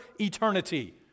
eternity